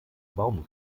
warum